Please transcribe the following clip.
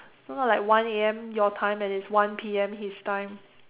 so not like one A_M your time and is one P_M his time